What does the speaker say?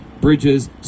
bridges